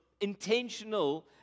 intentional